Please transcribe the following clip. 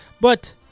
But-